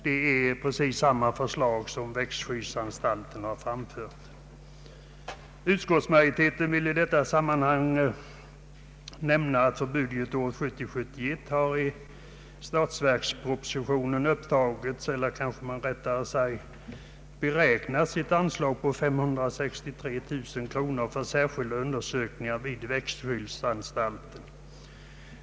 Det är precis samma förslag som växtskyddsanstalten har framfört. Utskottsmajoriteten vill i detta sammanhang nämna att det för budgetåret 1970/71 i statsverkspropositionen har beräknats ett anslag på 563 000 kronor för särskilda undersökningar vid växtskyddsanstalten.